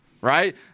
right